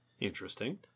Interesting